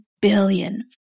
billion